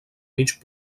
mig